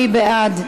מי בעד?